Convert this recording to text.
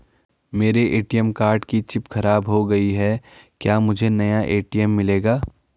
मेरे ATM card की chip खराब हो गयी है क्या मुझे नया ए.टी.एम मिलेगा?